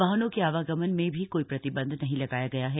वाहनों के आवागमन में भी कोई प्रतिबंध नहीं लगाया गया है